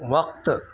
وقت